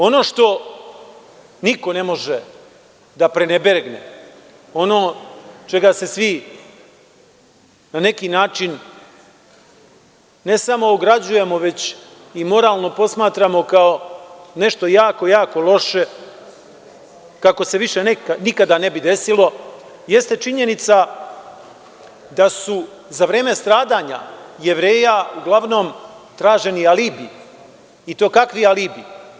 Ono što niko ne može da prenebregne, ono čega se svi na neki način ne samo ograđujemo već i moralno posmatramo kao nešto jako loše, kako se više nikada ne bi desilo, jeste činjenica da su za vreme stradanja Jevreja uglavnom traženi alibi i to kakvi alibi.